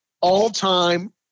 all-time